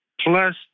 plus